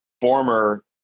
former